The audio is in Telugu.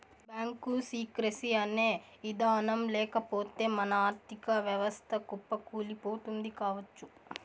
బ్యాంకు సీక్రెసీ అనే ఇదానం లేకపోతె మన ఆర్ధిక వ్యవస్థ కుప్పకూలిపోతుంది కావచ్చు